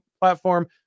platform